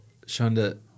Shonda